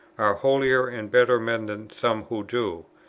are holier and better men than some who do?